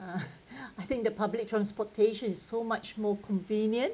uh I think the public transportation is so much more convenient